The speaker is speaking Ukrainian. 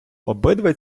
обидва